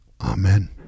Amen